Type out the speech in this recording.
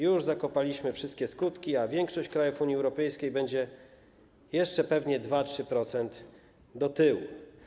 Już zakopaliśmy wszystkie skutki, a większość krajów Unii Europejskiej będzie jeszcze pewnie 2–3% do tyłu.